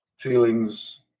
Feelings